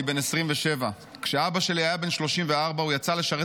אני בן 27. כשאבא שלי היה בן 34 הוא יצא לשרת